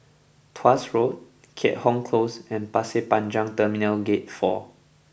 Tuas Road Keat Hong Close and Pasir Panjang Terminal Gate Four